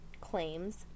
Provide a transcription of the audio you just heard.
claims